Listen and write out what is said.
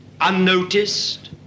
unnoticed